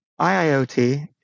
IIoT